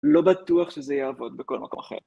לא בטוח שזה יעבוד בכל מקום אחר.